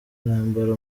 intambara